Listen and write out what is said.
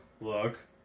Look